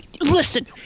Listen